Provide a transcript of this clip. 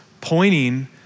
pointing